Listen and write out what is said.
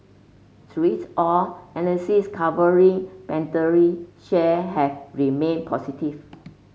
through it all analysts covering Pandora share have remained positive